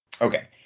Okay